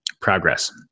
progress